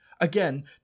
again